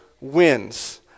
wins